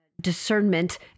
discernment